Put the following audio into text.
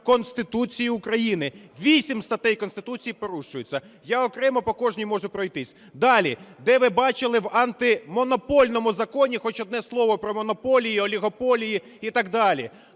Конституції України. Вісім статей Конституції порушуються. Я окремо по кожній можу пройтись. Далі, де ви бачили в антимонопольному законі хоч одне слово про монополії, олігополії і так далі?